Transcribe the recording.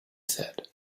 said